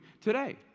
today